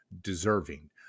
deserving